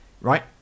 right